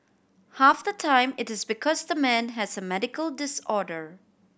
half the time it is because the man has a medical disorder